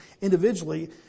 individually